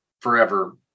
forever